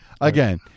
again